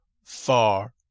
Far